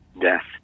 death